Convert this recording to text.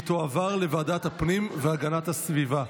והיא תועבר לוועדת הפנים והגנת הסביבה.